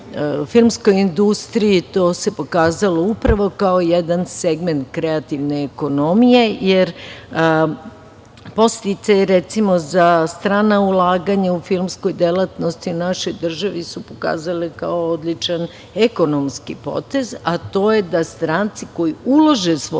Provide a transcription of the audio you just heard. filmskoj industriji, to se pokazalo upravo kao jedan segment kreativne ekonomije, jer podsticaji, recimo, za strana ulaganja u filmskoj delatnosti u našoj državi su se pokazali kao odličan ekonomski potez, a to je da stranci koji ulože svoja